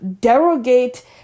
derogate